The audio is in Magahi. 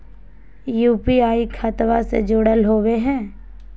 यू.पी.आई खतबा से जुरल होवे हय?